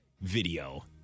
video